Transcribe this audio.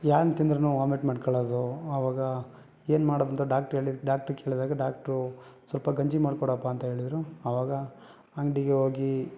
ಏನು ತಿಂದ್ರೂ ವಾಮಿಟ್ ಮಾಡ್ಕೊಳ್ಳೋದು ಆವಾಗ ಏನು ಮಾಡೋದು ಅಂತ ಡಾಕ್ಟ್ರ್ ಹೇಳಿ ಡಾಕ್ಟ್ರ್ ಕೇಳಿದಾಗ ಡಾಕ್ಟ್ರು ಸ್ವಲ್ಪ ಗಂಜಿ ಮಾಡಿಕೊಡಪ್ಪ ಅಂಥೇಳಿದ್ರು ಆವಾಗ ಅಂಗಡಿಗೆ ಹೋಗಿ